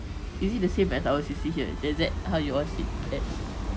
is it the same as our C_C here is that how you all sit at